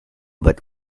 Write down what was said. but